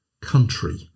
country